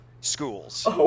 schools